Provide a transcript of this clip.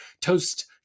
Toast